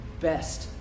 best